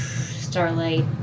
starlight